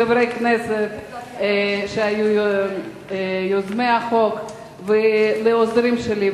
לחברי הכנסת שהיו יוזמי החוק ולעוזרים שלי.